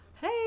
Hey